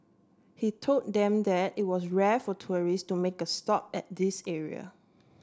he told them that it was rare for tourists to make a stop at this area